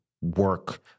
work